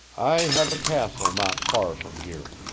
i have a castle not far from here.